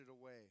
away